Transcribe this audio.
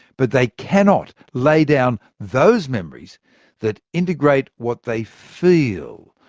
but they cannot lay down those memories that integrate what they feel,